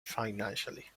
financially